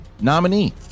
nominee